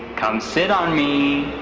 come sit on me.